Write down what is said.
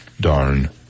darn